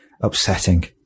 upsetting